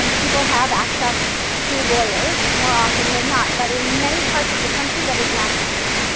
um people have access to lawyers more often than not. but in many parts of the country, that is not the case.